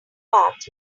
parts